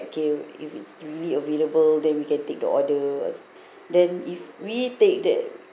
okay if it's really available then we can take the order or then if we take that